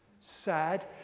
sad